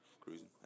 cruising